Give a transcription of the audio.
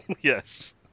yes